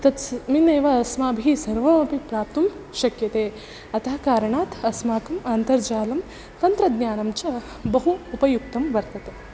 तस्मिन्नेव अस्माभिः किमपि प्राप्तुं शक्यते अतः कारणात् अस्माकम् अन्तर्जालं तन्त्रज्ञानं च बहु उपयुक्तं वर्तते